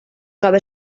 gabe